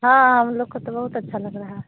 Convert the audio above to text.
हाँ हाँ हम लोग को तो बहुत अच्छा लग रहा